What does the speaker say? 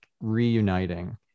reuniting